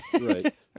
Right